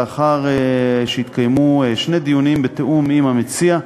לאחר שהתקיימו שני דיונים בתיאום עם המציע,